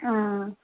ஆ